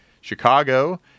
Chicago